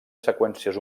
seqüències